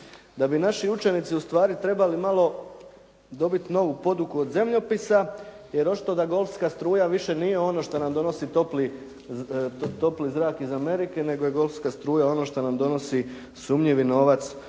da bi naši učenici ustvari trebali malo dobiti novu poduku od zemljopisa, jer očito da golfska struja više nije ono što nam donosi topli zrak iz Amerike, nego je golfska struja ono što nam donosi sumnjivi novac